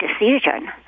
decision